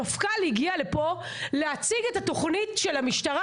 המפכ"ל הגיע לפה להציג את התוכנית של המשטרה